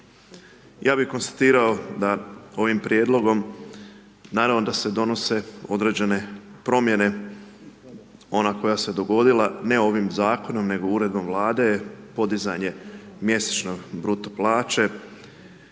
Ja bi konstatirao da ovim prijedlogom naravno da se donose određene promjene, ona koja se dogodila ne ovim zakonom nego uredbom Vlade je podizanje mjesečne bruto plaće